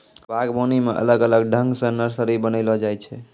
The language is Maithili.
बागवानी मे अलग अलग ठंग से नर्सरी बनाइलो जाय छै